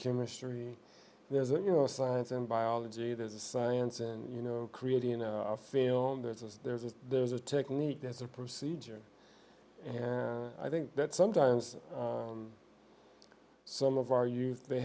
chemistry there's a you know science in biology there's a science and you know creating a film there's a there's a there's a technique there's a procedure and i think that sometimes some of our youth they